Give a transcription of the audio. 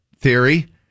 Theory